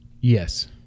Yes